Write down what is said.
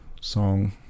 song